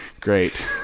Great